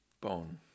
bone